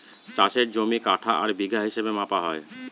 চাষের জমি কাঠা আর বিঘা হিসাবে মাপা হয়